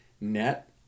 net